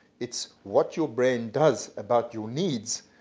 it's what your brain does about your needs